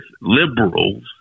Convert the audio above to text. liberals